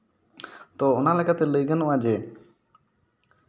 ᱛᱚ ᱚᱱᱟ ᱞᱮᱠᱟᱛᱮ ᱞᱟᱹᱭ ᱜᱟᱱᱚᱜᱼᱟ ᱡᱮ